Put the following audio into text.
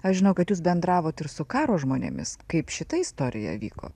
aš žinau kad jūs bendravot ir su karo žmonėmis kaip šita istorija vyko